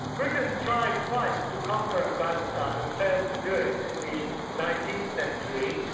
britain tried twice to conquer afghanistan and failed to do it in the nineteenth century,